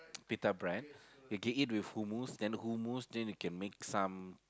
pita bread you can eat with who moves then who moves then you can make some